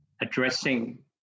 addressing